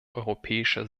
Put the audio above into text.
europäischer